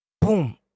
Boom